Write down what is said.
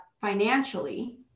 financially